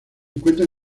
encuentra